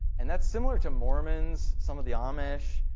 and that's similar to mormons, some of the amish,